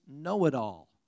know-it-all